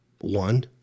one